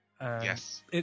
Yes